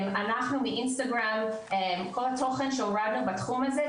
אנחנו מאינסטגרם כל התוכן שהורדנו בתחום הזה,